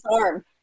arm